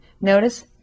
Notice